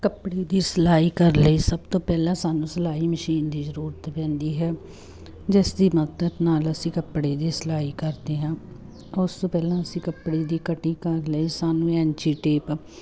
ਕੱਪੜੇ ਦੀ ਸਿਲਾਈ ਕਰਨ ਲਈ ਸਭ ਤੋਂ ਪਹਿਲਾਂ ਸਾਨੂੰ ਸਿਲਾਈ ਮਸ਼ੀਨ ਦੀ ਜ਼ਰੂਰਤ ਪੈਂਦੀ ਹੈ ਜਿਸ ਦੀ ਮਦਦ ਨਾਲ ਅਸੀਂ ਕੱਪੜੇ ਦੀ ਸਿਲਾਈ ਕਰਦੇ ਹਾਂ ਉਸ ਤੋਂ ਪਹਿਲਾਂ ਅਸੀਂ ਕੱਪੜੇ ਦੀ ਕਟਿੰਗ ਕਰਨ ਲਈ ਸਾਨੂੰ ਐਚੀ ਟੇਪ